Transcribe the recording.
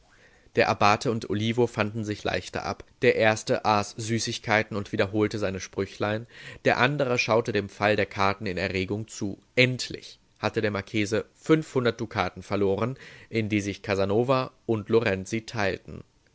der abbate und olivo fanden sich leichter ab der erste aß süßigkeiten und wiederholte seine sprüchlein der andre schaute dem fall der karten in erregung zu endlich hatte der marchese fünfhundert dukaten verloren in die sich casanova und lorenzi teilten